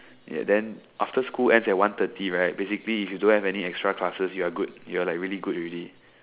then after school ends at one thirty right basically if you don't have any extra you're good you're like really good already